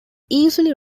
easily